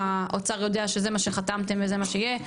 האוצר יודע שזה מה שנחתם וזה מה שיהיה,